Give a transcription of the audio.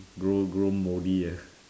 grow grow moldy ah